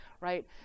right